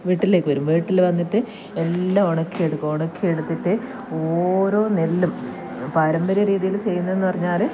വീട്ടിലേക്ക് വരും വീട്ടിൽ വന്നിട്ട് എല്ലാം ഉണക്കിയെടുക്കും ഉണക്കിയെടുത്തിട്ട് ഓരോ നെല്ലും പാരമ്പര്യ രീതിയിൽ ചെയ്യുന്നതെന്ന് പറഞ്ഞാൽ